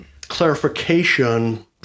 clarification